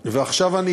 ועכשיו אני